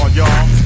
y'all